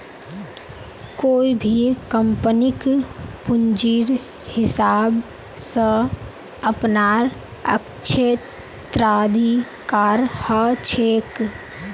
कोई भी कम्पनीक पूंजीर हिसाब स अपनार क्षेत्राधिकार ह छेक